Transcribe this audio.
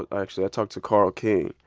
actually. i talked to carl king.